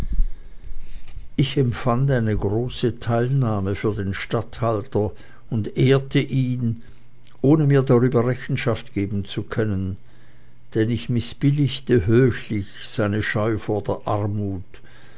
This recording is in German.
ich empfand eine große teilnahme für den statthalter und ehrte ihn ohne mir darüber rechenschaft geben zu können denn ich mißbilligte höchlich seine scheu vor der armut